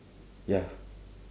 ya